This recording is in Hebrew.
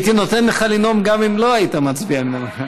הכול בסדר.